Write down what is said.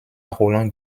roland